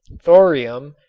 thorium,